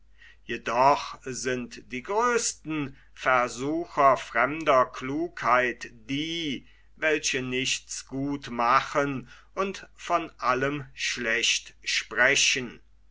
jedoch sind die größten versucher fremder klugheit die welche nichts gut machen und von allem schlecht sprechen